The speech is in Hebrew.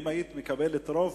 אם היית מקבל כאן רוב,